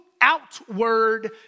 outward